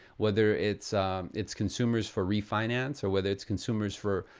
whether its its consumers for refinance, or whether it's consumers for,